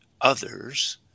others